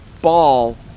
ball